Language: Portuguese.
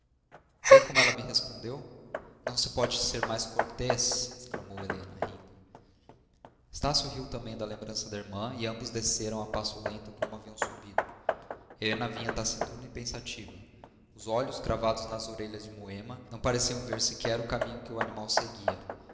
vê como ela me respondeu não se pode ser mais cortês exclamou helena rindo estácio riu também da lembrança da irmã e ambos desceram a passo lento como haviam subido helena vinha taciturna e pensativa os olhos cravados nas orelhas de moema não pareciam ver sequer o caminho que o animal seguia